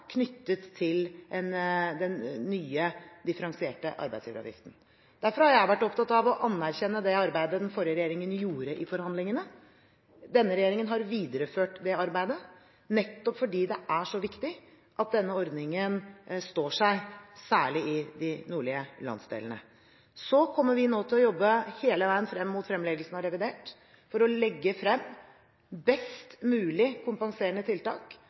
knyttet til den nye differensierte arbeidsgiveravgiften. Derfor har jeg vært opptatt av å anerkjenne det arbeidet den forrige regjeringen gjorde i forhandlingene. Denne regjeringen har videreført det arbeidet, nettopp fordi det er så viktig at ordningen står seg, særlig i de nordlige landsdelene. Så kommer vi nå til å jobbe hele veien frem mot fremleggelsen av revidert for å legge frem best mulig kompenserende tiltak